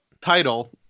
title